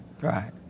Right